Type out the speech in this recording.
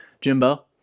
Jimbo